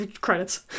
Credits